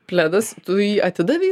pledas tu jį atidavei